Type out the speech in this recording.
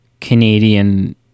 Canadian